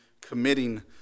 committing